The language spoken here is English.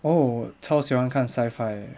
oh 超喜欢看 sci-fi eh